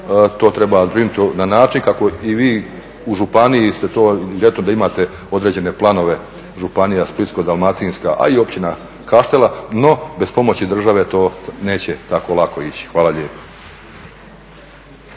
zbrinuti na način kako i vi u županiji ste to i da imate određene planove županija Splitsko-dalmatinska, a i Općina Kaštela. No bez pomoći države to neće tako lako ići. Hvala lijepo.